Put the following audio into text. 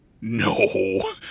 No